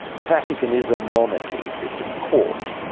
the vatican is a monarchy. it's a court.